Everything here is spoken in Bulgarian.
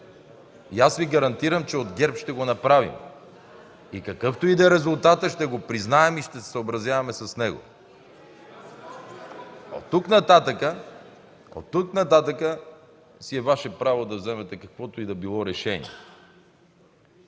хората. Гарантирам Ви, че от ГЕРБ ще го направим. Какъвто и да е резултатът, ще го признаем и ще се съобразяваме с него. Оттук нататък си е Ваше право да вземете каквото и да било решение.